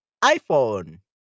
iPhone